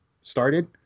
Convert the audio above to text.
started